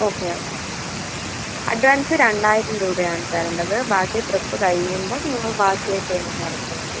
okay എന്നാൽ advance രണ്ടായിരം രൂപയാണ് തരേണ്ടത് ബാക്കി ട്രിപ്പ് കഴിയുമ്പം നിങ്ങൾ ബാക്കി പേയ്മെൻ്റ് നടത്തിയാൽ മതി